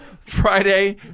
Friday